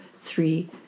three